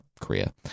Korea